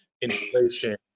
inflation